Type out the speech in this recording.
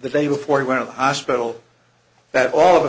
the day before he went to the hospital that all of a